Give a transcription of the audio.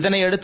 இதனையடுத்து